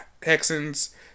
Texans